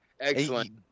Excellent